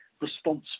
responsible